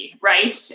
right